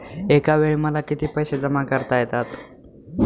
एकावेळी मला किती पैसे जमा करता येतात?